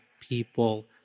people